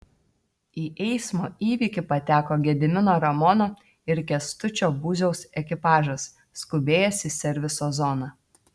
į eismo įvykį pateko gedimino ramono ir kęstučio būziaus ekipažas skubėjęs į serviso zoną